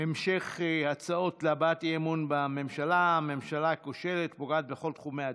המשך הצעות להבעת אי-אמון בממשלה: הממשלה הכושלת פוגעת בכל תחומי הדעת,